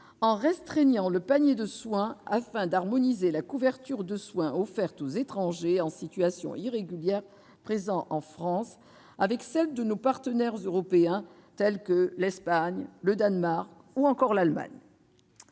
de restreindre le panier de soins, afin d'harmoniser la couverture de soins offerte aux étrangers en situation irrégulière présents en France avec celle de nos partenaires européens, tels que l'Espagne, le Danemark ou encore l'Allemagne.